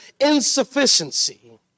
insufficiency